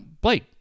Blake